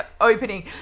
opening